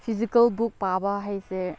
physical book ꯄꯥꯕ ꯍꯥꯏꯁꯦ